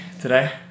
today